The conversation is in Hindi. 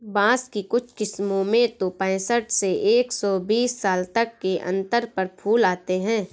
बाँस की कुछ किस्मों में तो पैंसठ से एक सौ बीस साल तक के अंतर पर फूल आते हैं